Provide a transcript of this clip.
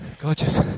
Gorgeous